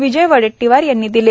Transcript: विजय वडेट्टीवार यांनी आज दिले